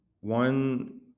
one